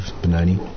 Benoni